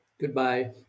Goodbye